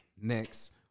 next